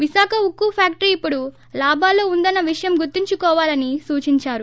విశాఖ ఉక్కు ఫ్యాక్టరీ ఇప్పుడు లాభాల్లో ఉందన్న విషయం గుర్తుంచుకోవాలని సూచించారు